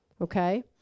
okay